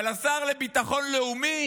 אבל השר לביטחון לאומי